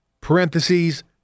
parentheses